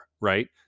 right